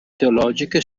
teologiche